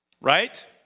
right